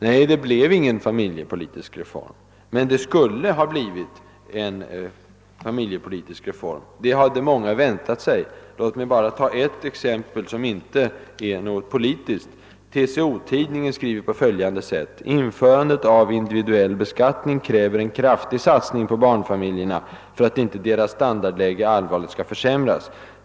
Nej, det blev ingen familjepolitisk reform, men många hade väntat sig det. Låt mig bara anföra ett exempel som inte är partipolitiskt. TCO-tid »Införandet av individuell beskattning kräver en kraftig satsning på barnfamiljerna för att inte deras standardläge allvarligt skall försämras.